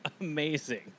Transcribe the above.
amazing